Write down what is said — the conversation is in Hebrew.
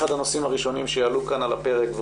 אחד הנושאים הראשונים שיעלו כאן על הפרק,